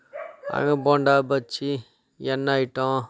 அங்கே போண்டா பஜ்ஜி எண்ணெய் ஐட்டம்